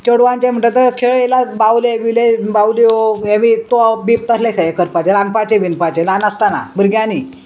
चेडवांचें म्हणटा तर खेळ येयला बावले बिवले बावल्यो हे बी तोप बीप तसले खेळ करपाचे रांदपाचे बिनपाचे ल्हान आसतना भुरग्यांनी